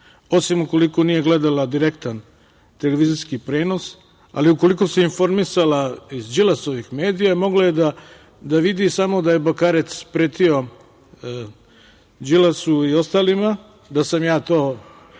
osim ukoliko nije gledala direktan televizijski prenos, ali ukoliko se informisala iz Đilasovih medija, mogla je da vidi samo da je Bakarec pretio Đilasu i ostalima, da sam ja to